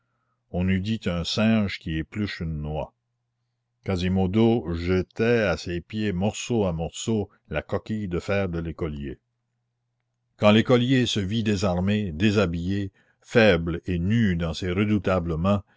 on eût dit un singe qui épluche une noix quasimodo jetait à ses pieds morceau à morceau la coquille de fer de l'écolier quand l'écolier se vit désarmé déshabillé faible et nu dans ces